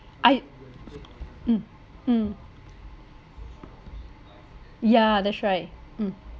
I mm mm yeah that's right mm